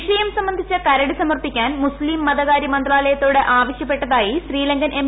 വിഷയം സംബന്ധിച്ച കരട് സമർപ്പിക്കാൻ മുസ്തീം മതകാര്യ മന്ത്രാലയത്തോട് ആവശ്യപ്പെട്ടതായി ശ്രീലങ്കൻ എം